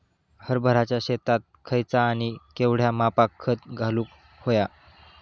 हरभराच्या शेतात खयचा आणि केवढया मापात खत घालुक व्हया?